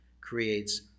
creates